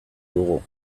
dugu